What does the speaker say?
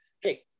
Hey